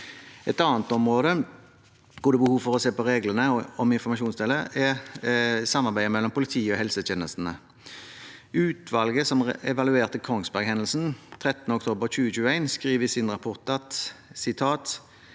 Et annet område hvor det er behov for å se på reglene om informasjonsdeling, er samarbeidet mellom politi og helsetjenestene. Utvalget som evaluerte Kongsberg skriver i sin rapport at